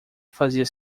fazia